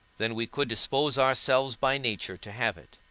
than we could dispose ourselves by nature to have it?